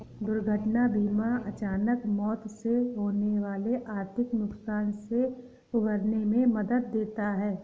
दुर्घटना बीमा अचानक मौत से होने वाले आर्थिक नुकसान से उबरने में मदद देता है